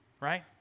right